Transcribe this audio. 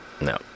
No